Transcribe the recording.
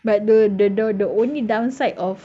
but the the the the only downside of